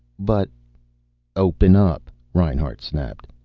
but open up! reinhart snapped.